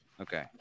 Okay